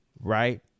Right